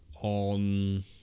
On